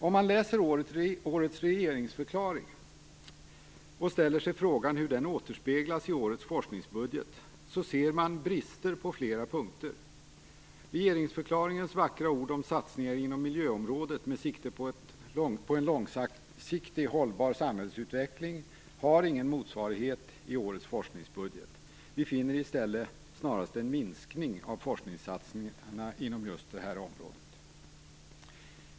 Om man läser årets regeringsförklaring och ställer sig frågan hur den återspeglas i årets forskningsbudget, ser man brister på flera punkter. Regeringsförklaringens vackra ord om satsningar inom miljöområdet med sikte på en långsiktigt hållbar samhällsutveckling har ingen motsvarighet i årets forskningsbudget. Vi finner i stället snarast en minskning av forskningssatsningarna inom just detta område.